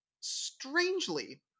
strangely